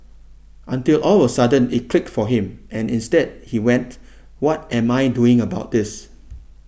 until all of a sudden it clicked for him and instead he went what am I doing about this